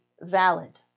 valid